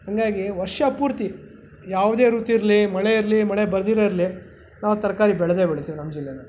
ಹಾಗಾಗಿ ವರ್ಷ ಪೂರ್ತಿ ಯಾವುದೇ ರೀತಿ ಇರಲಿ ಮಳೆ ಇರಲಿ ಮಳೆ ಬರ್ದಿರ ಇರಲಿ ನಾವು ತರಕಾರಿ ಬೆಳೆದೇ ಬೆಳೀತೀವಿ ನಮ್ಮ ಜಿಲ್ಲೆಯಲ್ಲಿ